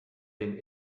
den